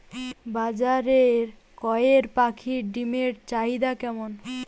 বাজারে কয়ের পাখীর ডিমের চাহিদা কেমন?